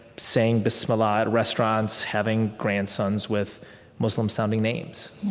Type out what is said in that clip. saying bismillah in restaurants, having grandsons with muslim-sounding names